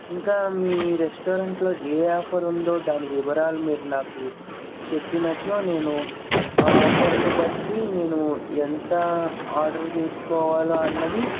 ఇంకా మీ రెస్టారెంట్లో ఏ ఆఫర్ ఉందో దాని వివరాలు మీరు నాకు చెప్పినచో నేను ఆ ఆఫర్ను బట్టి నేను ఎంత ఆర్డర్ చేసుకోవాలి అన్నది